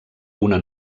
una